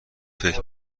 فکر